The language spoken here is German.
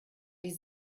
die